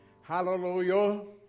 hallelujah